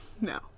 No